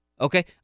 Okay